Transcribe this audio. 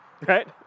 Right